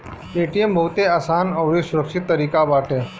Paytm बहुते आसान अउरी सुरक्षित तरीका बाटे